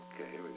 Okay